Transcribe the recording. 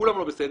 כולם לא בסדר,